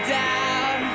down